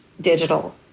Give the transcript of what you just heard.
digital